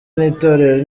n’itorero